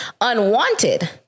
unwanted